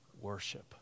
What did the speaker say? worship